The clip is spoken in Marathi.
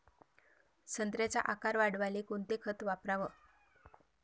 संत्र्याचा आकार वाढवाले कोणतं खत वापराव?